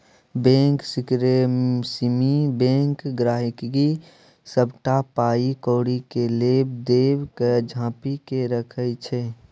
bank सिकरेसीमे bank गांहिकीक सबटा पाइ कौड़ी केर लेब देब केँ झांपि केँ राखय छै